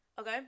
okay